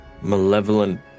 malevolent